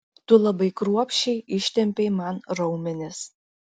tu labai kruopščiai ištempei man raumenis